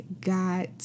got